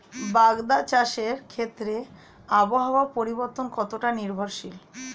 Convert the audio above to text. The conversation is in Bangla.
বাগদা চাষের ক্ষেত্রে আবহাওয়ার পরিবর্তন কতটা নির্ভরশীল?